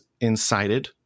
incited